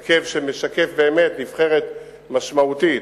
הרכב שמשקף באמת נבחרת משמעותית,